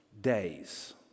days